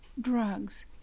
drugs